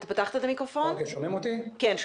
אהלן.